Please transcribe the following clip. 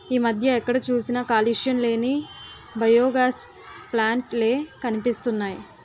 ఈ మధ్య ఎక్కడ చూసినా కాలుష్యం లేని బయోగాస్ ప్లాంట్ లే కనిపిస్తున్నాయ్